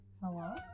Hello